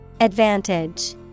Advantage